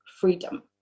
freedom